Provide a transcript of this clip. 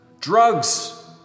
Drugs